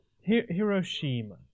Hiroshima